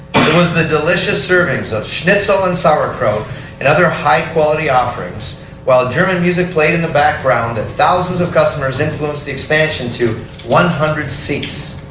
it was the delicious serving so of snitzel and sauerkraut and other high offerings while german music played in the background and thousands of customers influenced the expansion to one hundred seats.